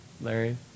Larry